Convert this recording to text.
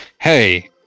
hey